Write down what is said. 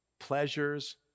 pleasures